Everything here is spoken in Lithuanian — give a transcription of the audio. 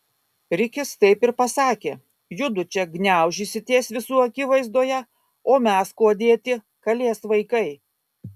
rikis taip ir pasakė judu čia gniaužysitės visų akivaizdoje o mes kuo dėti kalės vaikai